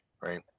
Right